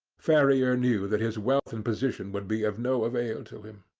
ferrier knew that his wealth and position would be of no avail to him.